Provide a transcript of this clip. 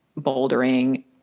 bouldering